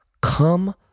come